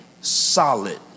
solid